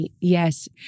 Yes